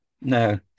No